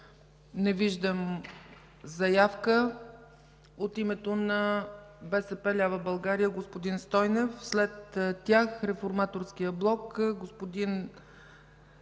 не виждам заявка. От името на „БСП лява България” – господин Стойнев. От Реформаторския блок – господин